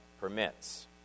permits